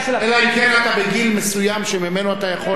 אלא אם כן אתה בגיל מסוים שממנו אתה יכול,